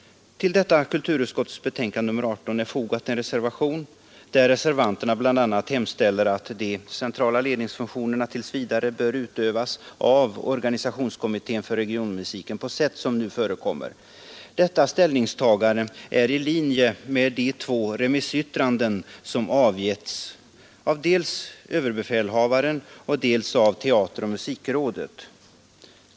Till kulturutskottets betänkande nr 18 har fogats en reservation, där reservanterna bl.a. hemställer att de centrala ledningsfunktionerna tills vidare skall utövas av organisationskommittén för regionmusiken på sätt som nu förekommer. Detta ställningstagande är i linje med de två remissyttranden som avgetts av dels överbefälhavaren, dels teateroch musikrådet.